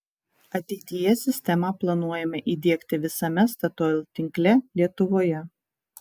ateityje sistemą planuojama įdiegti visame statoil tinkle lietuvoje